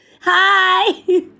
Hi